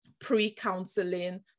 pre-counseling